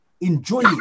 Enjoy